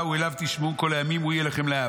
אליו תשמעון כל הימים הוא יהיה לכם כאב.